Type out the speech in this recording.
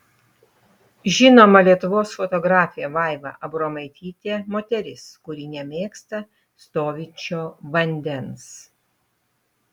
žinoma lietuvos fotografė vaiva abromaitytė moteris kuri nemėgsta stovinčio vandens